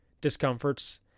discomforts